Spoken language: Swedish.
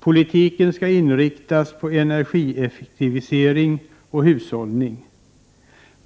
Politiken skall inriktas på energieffektivisering och hushållning.